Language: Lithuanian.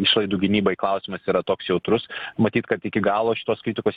išlaidų gynybai klausimas yra toks jautrus matyt kad iki galo šitos kritikos